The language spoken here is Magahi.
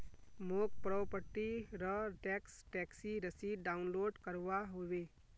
मौक प्रॉपर्टी र टैक्स टैक्सी रसीद डाउनलोड करवा होवे